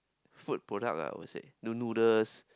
food product I would say the noodles